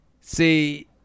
See